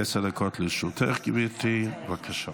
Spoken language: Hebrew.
עשר דקות לרשותך, גברתי, בבקשה.